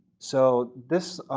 so this